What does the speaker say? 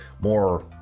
more